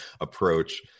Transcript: approach